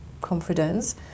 confidence